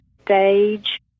stage